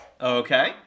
Okay